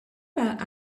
about